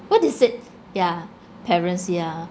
what is it yeah parents yeah